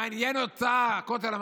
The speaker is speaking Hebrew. מעניין אותה הכותל?